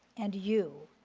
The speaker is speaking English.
and you,